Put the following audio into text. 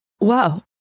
Wow